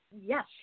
Yes